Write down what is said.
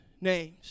names